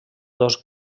dos